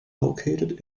located